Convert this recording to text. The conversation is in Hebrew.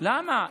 למה?